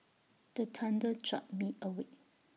the thunder jolt me awake